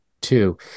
two